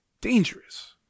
dangerous